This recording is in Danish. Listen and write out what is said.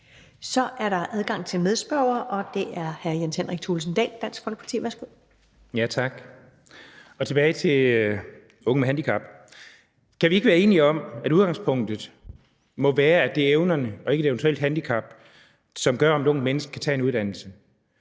Dansk Folkeparti. Værsgo. Kl. 17:00 Jens Henrik Thulesen Dahl (DF): Tak. Jeg vil godt vende tilbage til unge med handicap. Kan vi ikke være enige om, at udgangspunktet må være, at det er evnerne og ikke et eventuelt handicap, som afgør, om et ungt menneske kan tage en uddannelse?